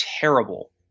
terrible